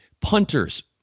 punters